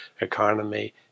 economy